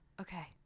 okay